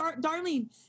darling